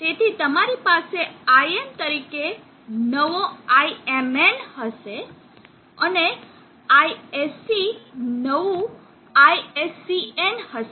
તેથી તમારી પાસે Im તરીકે નવો Imn હશે અને આ ISC નવું ISCn હશે